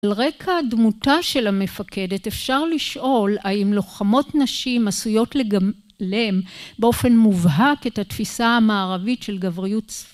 על רקע דמותה של המפקדת, אפשר לשאול האם לוחמות נשים עשויות לגלם באופן מובהק את התפיסה המערבית של גבריות